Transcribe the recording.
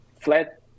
flat